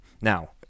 now